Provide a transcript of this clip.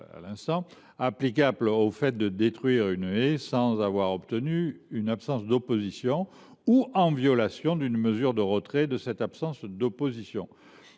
applicables au fait de détruire une haie sans avoir obtenu une absence d’opposition, ou en violation d’une mesure de retrait de cette absence d’opposition.